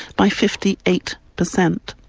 by fifty eight percent.